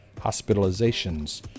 hospitalizations